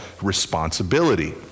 responsibility